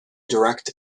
direct